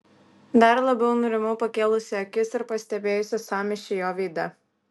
dar labiau nurimau pakėlusi akis ir pastebėjusi sąmyšį jo veide